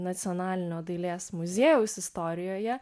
nacionalinio dailės muziejaus istorijoje